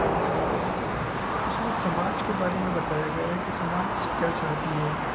और उसमें समाज के बारे में बताया गया है कि समाज क्या चाहता है